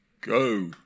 go